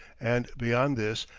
and beyond this,